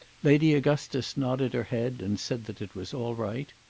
lady augustus nodded her head and said that it was all right.